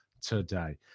today